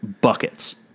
buckets